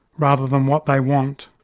rather than what they want.